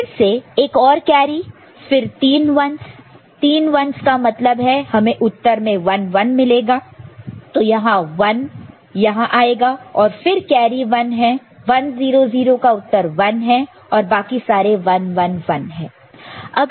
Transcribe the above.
फिर से एक और कैरी फिर तीन 1's तीन 1's का मतलब है हमें उत्तर में 1 1 मिलेगा तो यहां 1 यहां आएगा और फिर कैरी 1 है 1 0 0 इसका उत्तर 1 है और बाकी सारे 1 1 1 है